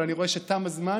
אבל אני רואה שתם הזמן.